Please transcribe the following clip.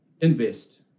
invest